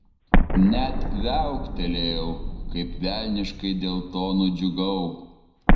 net viauktelėjau kaip velniškai dėl to nudžiugau